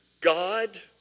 God